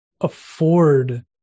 afford